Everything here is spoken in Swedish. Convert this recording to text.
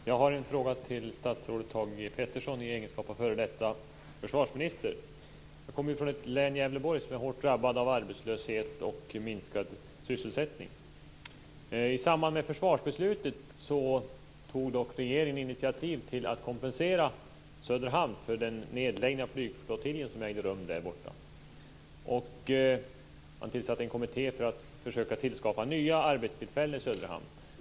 Fru talman! Jag har en fråga till statsrådet Thage Jag kommer från Gävleborgs län, som är hårt drabbat av arbetslöshet och minskad sysselsättning. I samband med försvarsbeslutet tog regeringen dock initiativ till att kompensera Söderhamn för den nedläggning av flygflottiljen som ägde rum där. Man tillsatte en kommitté för att försöka tillskapa nya arbetstillfällen i Söderhamn.